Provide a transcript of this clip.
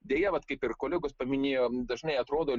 deja vat kaip ir kolegos paminėjo dažnai atrodo